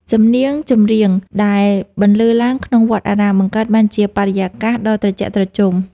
សំនៀងចម្រៀងដែលបន្លឺឡើងក្នុងវត្តអារាម បង្កើតបានជាបរិយាកាសដ៏ត្រជាក់ត្រជុំ។